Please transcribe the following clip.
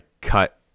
cut